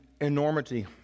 enormity